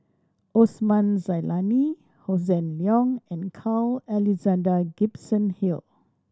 Osman Zailani Hossan Leong and Carl Alexander Gibson Hill